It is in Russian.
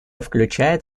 включает